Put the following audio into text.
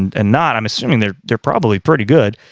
and and not. i'm assuming they're. they're probably pretty good.